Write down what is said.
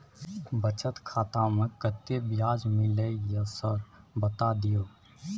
बचत खाता में कत्ते ब्याज मिलले ये सर बता दियो?